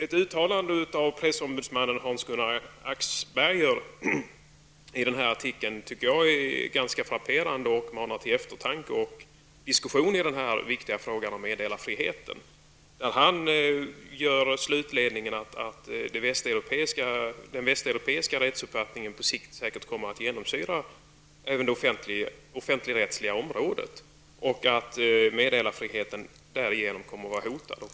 Ett uttalande i den här artikeln av pressombudsmannen Hans-Gunnar Axberger tycker jag är ganska frapperande. Det manar till eftertanke och diskussion i den viktiga frågan om meddelarfriheten. Han gör slutledningen att den västeuropeiska rättsuppfattningen på sikt säkert kommer att genomsyra även det offentligrättsliga området och att meddelarfriheten därigenom kommer att vara hotad.